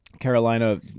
Carolina